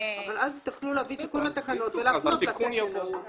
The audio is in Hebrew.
אבל אז תוכלו להביא תיקון לתקנות ולהפנות לתקן ההוא.